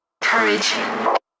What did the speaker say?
courage